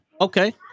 Okay